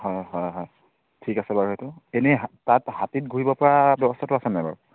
হয় হয় হয় ঠিক আছে বাৰু এনে তাত হাতীত ঘূৰিব পৰা ব্যৱস্থাটো আছে নাই বাৰু